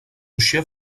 chef